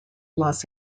los